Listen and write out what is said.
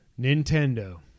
Nintendo